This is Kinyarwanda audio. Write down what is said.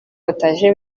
bataje